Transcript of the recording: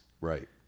right